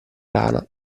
rana